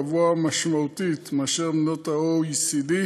הגבוה משמעותית מאשר במדינות ה-OECD,